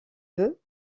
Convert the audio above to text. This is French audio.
vœux